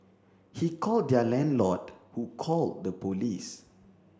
he called their landlord who called the police